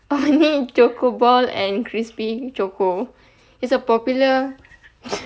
ah ni choco ball and crispy choco it's a popular